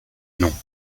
non